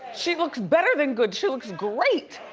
she looks better than good, she looks great.